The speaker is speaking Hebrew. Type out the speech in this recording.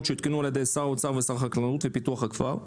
שיותקנו על ידי שר האוצר ושר החקלאות ופיתוח הכפר,